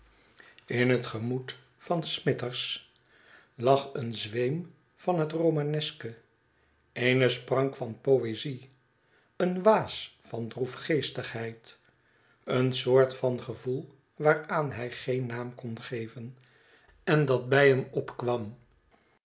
in het gemoed van smithers lag een zweem van hetromaneske eene sprank van poezie een waas van droefgeestigheid een soort van gevoel waaraan hij geen naam kon geven en dat bij hem opkwam